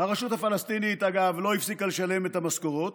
אגב, הרשות הפלסטינית לא הפסיקה לשלם את המשכורות,